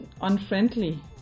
unfriendly